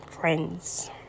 friends